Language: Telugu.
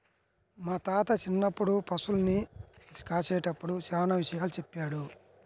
మా తాత చిన్నప్పుడు పశుల్ని కాసేటప్పుడు చానా విషయాలు చెప్పాడు